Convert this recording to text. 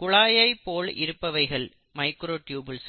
குழாயை போல இருப்பவைகள் மைக்ரோடியுபுல்ஸ்